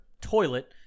toilet